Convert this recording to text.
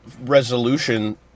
resolution